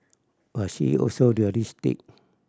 but she is also realistic